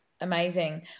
Amazing